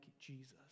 Jesus